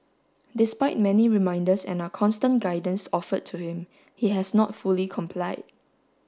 despite many reminders and our constant guidance offered to him he has not fully complied